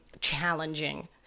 challenging